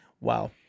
Wow